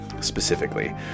specifically